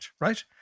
right